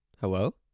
Hello